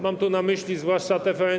Mam tu na myśli zwłaszcza TVN24.